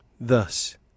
thus